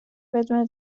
بدون